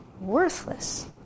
Worthless